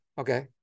Okay